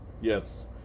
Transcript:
Yes